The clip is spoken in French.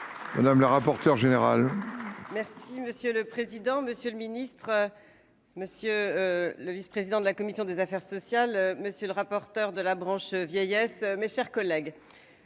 Madame la rapporteure générale. Oui, monsieur le président, Monsieur le Ministre. Monsieur. Le vice-président de la commission des affaires sociales. Monsieur le rapporteur de la branche vieillesse. Mes chers collègues.